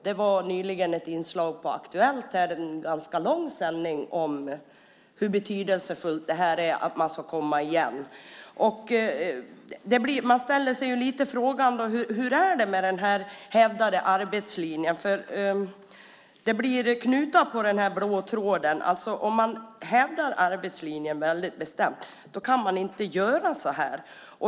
Det var nyligen ett ganska långt inslag i Aktuellt om hur betydelsefullt det är för att de ska kunna komma igen. Jag ställer mig frågan: Hur är det med den hävdade arbetslinjen? Det blir knutar på den blå tråden. Om man hävdar arbetslinjen väldigt bestämt kan man inte göra så här.